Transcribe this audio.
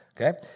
Okay